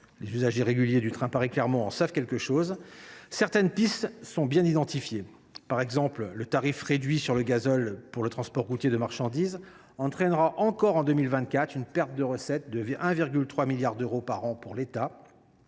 les usagers réguliers du train Paris Clermont en savent quelque chose –, certaines pistes sont bien identifiées. Par exemple, le maintien du tarif réduit sur le gazole pour le transport routier de marchandises entraînera de nouveau en 2024 une perte de recettes pour l’État de 1,3 milliard d’euros, alors que cette